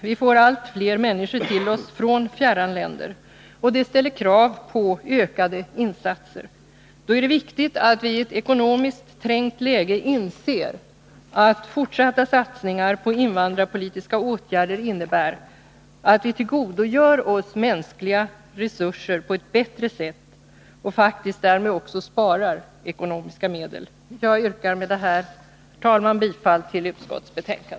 Vi får allt fler människor till oss från fjärran länder. Det ställer krav på ökade insatser. Då är det viktigt att vi i ett ekonomiskt trängt läge inser att fortsatta satsningar på invandrarpolitiska åtgärder innebär att vi tillgodogör oss mänskliga resurser på ett bättre sätt och faktiskt därmed också sparar ekonomiska medel. Herr talman! Jag yrkar med detta bifall till utskottets hemställan.